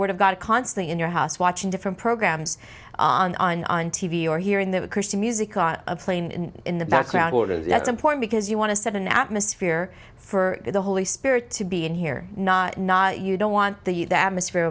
word of god constantly in your house watching different programs on t v or hearing the christian music on a plane in the background orders at some point because you want to set an atmosphere for the holy spirit to be in here not not you don't want the atmosphere